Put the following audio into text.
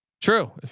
True